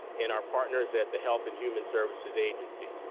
and our partners at the health and human services agency.